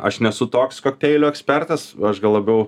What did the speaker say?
aš nesu toks kokteilių ekspertas aš gal labiau